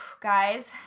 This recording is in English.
Guys